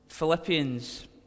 Philippians